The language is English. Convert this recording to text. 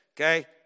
okay